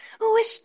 wish